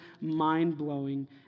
mind-blowing